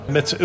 Met